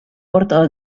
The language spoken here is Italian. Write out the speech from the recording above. portò